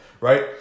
right